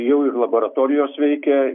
jau ir laboratorijos veikia